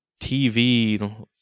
TV